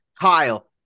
Kyle